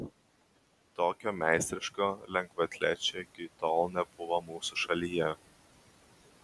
tokio meistriško lengvaatlečio iki tol nebuvo mūsų šalyje